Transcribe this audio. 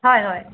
হয় হয়